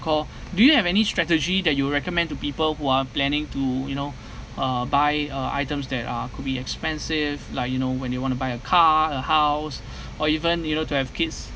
call do you have any strategy that you recommend to people who are planning to you know uh buy uh items that are could be expensive like you know when they want to buy a car a house or even you know to have kids